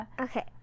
okay